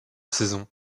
saison